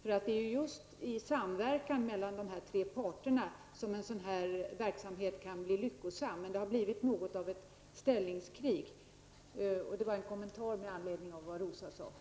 Det är just i samverkan mellan dessa tre parter som en sådan verksamhet kan bli lyckosam. Men det har blivit något av ett ställningskrig. Det var en kommentar till det som Rosa Östh sade.